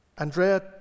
Andrea